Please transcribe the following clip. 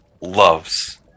loves